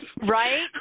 Right